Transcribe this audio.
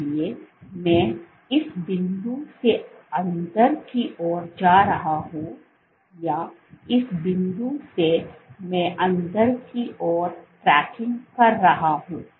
इसलिए मैं इस बिंदु सेअंदर की ओर जा रहा हूं या इस बिंदु से मैं अंदर की ओर ट्रैकिंग कर रहा हूं